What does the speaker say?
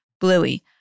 bluey